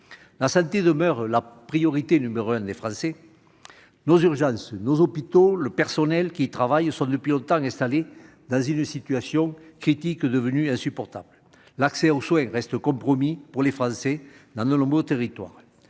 La santé demeure la priorité numéro un des Français. Nos urgences, nos hôpitaux, le personnel qui y travaille sont depuis longtemps installés dans une situation critique, devenue insupportable. L'accès aux soins reste compromis dans de nombreux territoires.